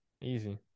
Easy